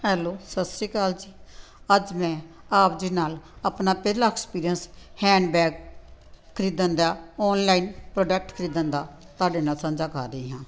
hello ਸਤਿ ਸ਼੍ਰੀ ਅਕਾਲ ਜੀ ਅੱਜ ਮੈਂ ਆਪ ਜੀ ਨਾਲ ਆਪਣਾ ਪਹਿਲਾਂ ਐਕਸਪੀਰੀਅੰਸ ਹੈਂਡਬੈਗ ਖਰੀਦਣ ਦਾ ਔਨਲਾਈਨ ਪ੍ਰੋਡਕਟ ਖਰੀਦਣ ਦਾ ਤੁਹਾਡੇ ਨਾਲ ਸਾਂਝਾ ਕਰ ਰਹੀ ਹਾਂ